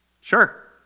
sure